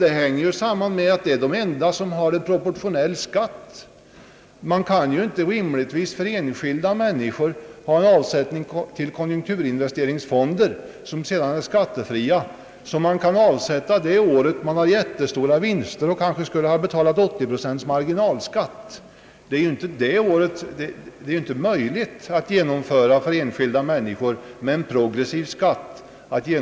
Det hänger samman med att dessa kategorier företag är de enda som har proportionell skatt. Vi kan rimligtvis inte medge enskilda mäninskor att göra avsättningar till investeringsfonder, till vilka de kan överföra inkomster sådana år då man har så stora inkomster att man kanske skulle få betala 80 procent i skatt. Det är inte möjligt att införa någon form av investeringsfonder för enskilda människor med progressiv skatt.